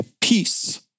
peace